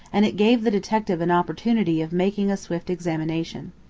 and it gave the detective an opportunity of making a swift examination.